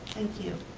thank you.